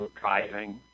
driving